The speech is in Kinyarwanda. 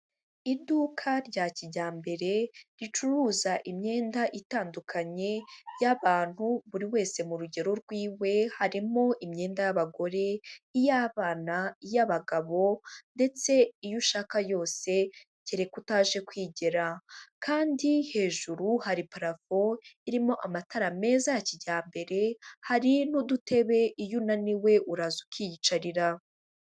Iduka rya kijyambere ricuruza imyenda itandukanye y'abantu buri wese mu rugero rwiwe, harimo imyenda y'abagore iy'abana, iy'abagabo ndetse iyo ushaka yose kereka utaje kwigera, kandi hejuru hari parafo irimo amatara meza ya kijyambere, hari n'udutebe iyo unaniwe uraza ukiyicarira.